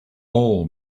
all